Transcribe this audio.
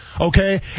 okay